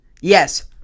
yes